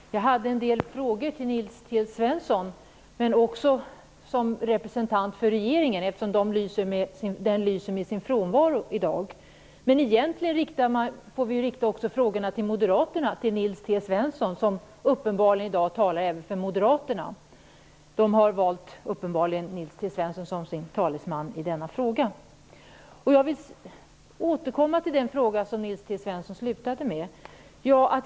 Herr talman! Jag har en del frågor till Nils T Svensson, och jag får också ställa frågor till honom som representant för regeringen, eftersom den lyser med sin frånvaro här i dag. Egentligen får vi också rikta de frågor vi vill ställa till moderaterna till Nils T Svensson, som uppenbarligen i dag talar även för dem. Moderaterna har uppenbarligen valt Nils T Svensson som sin talesman i denna fråga. Jag vill återkomma till den fråga som Nils T Svensson slutade med.